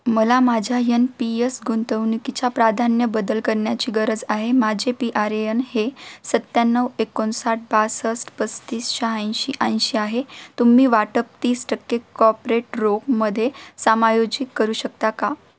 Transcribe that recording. मला माझ्या N P S गुंतवणुकीच्या प्राधान्य बदल करण्याची गरज आहे माझे पी आर ए यन हे सत्याण्णव एकोणसाठ बासष्ट पस्तीस शहाऐंशी ऐंशी आहे तुम्ही वाटप तीस टक्के कॉपरेट रोखमध्ये समायोजित करू शकता का